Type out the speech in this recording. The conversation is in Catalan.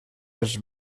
els